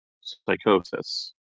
psychosis